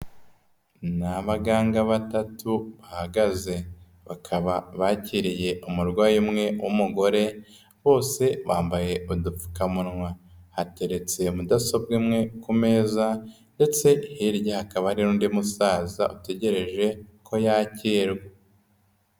Ni abaganga batatu bahagaze, bakaba bakiriye umurwayi umwe w'umugore, bose bambaye udupfukamunwa, hateretse mudasobwa imwe ku meza ndetse hirya hakaba hari n'undi musaza utegereje ko yakirwa.